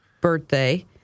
birthday